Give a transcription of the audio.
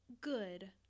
Good